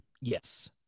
Yes